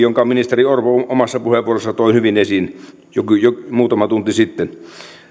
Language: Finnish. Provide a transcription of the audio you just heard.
jonka ministeri orpo omassa puheenvuorossaan toi hyvin esiin muutama tunti sitten